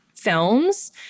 films